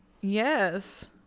yes